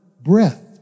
breath